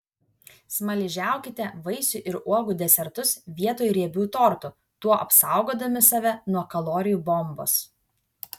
smaližiaukite vaisių ir uogų desertus vietoj riebių tortų tuo apsaugodami save nuo kalorijų bombos